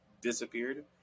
disappeared